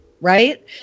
right